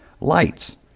lights